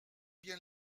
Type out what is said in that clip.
bien